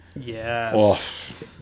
Yes